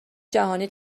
جهانی